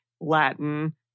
Latin